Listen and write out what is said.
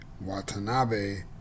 Watanabe